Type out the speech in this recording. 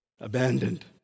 abandoned